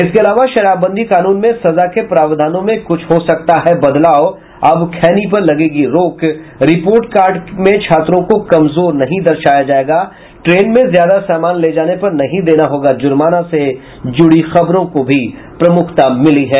इसके अलावा शराबबंदी कानून में सजा के प्रावधानों में कुछ हो सकता है बदलाव अब खैनी पर लगेगी रोक रिपोर्ट कार्ड में छात्रों को कमजोर नहीं दर्शाया जायेगा ट्रेन में ज्यादा समान ले जाने पर नहीं देना होगा जुर्माना से जुड़ी खबरों को प्रमुखता मिली है